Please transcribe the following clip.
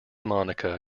monica